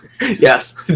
Yes